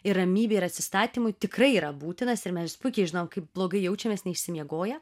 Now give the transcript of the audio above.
ir ramybei ir atsistatymui tikrai yra būtinas ir mes puikiai žinom kaip blogai jaučiamės neišsimiegoję